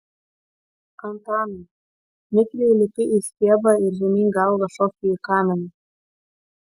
antanai mikliai lipi į stiebą ir žemyn galva šoki į kaminą